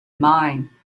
mine